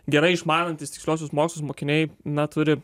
gerai išmanantys tiksliuosius mokslus mokiniai na turi